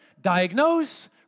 diagnose